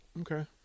Okay